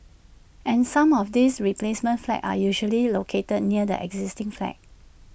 and some of these replacement flats are usually located near the existing flats